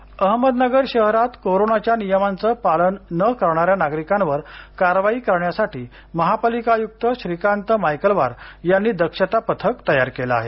दंड अहमदनगर शहरात कोरोनाच्या नियमांचे पालन न करणाऱ्या नागरिकांवर कारवाई करण्यासाठी महापालिका आयुक्त श्रीकांत मायकलवार यांनी दक्षता पथक तयार केले आहे